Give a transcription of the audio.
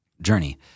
Journey